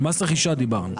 על מס רכישה דיברנו.